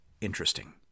interesting